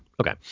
okay